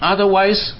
Otherwise